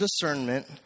discernment